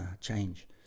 change